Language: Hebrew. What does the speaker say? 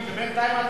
בינתיים,